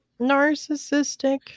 narcissistic